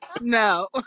no